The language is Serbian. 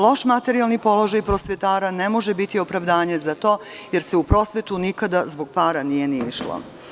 Loš materijalni položaj prosvetara ne može biti opravdanje za to, jer se u prosvetu nikada zbog para nije ni išlo.